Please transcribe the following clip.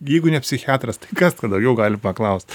jeigu ne psichiatras tai kas tada jų gali paklaust